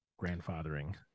grandfathering